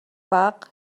бага